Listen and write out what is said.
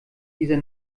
dieser